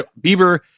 Bieber